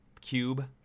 cube